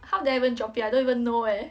how did I even drop it I don't even know eh